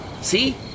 See